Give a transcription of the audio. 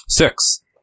Six